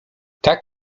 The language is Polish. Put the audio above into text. tak